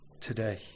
today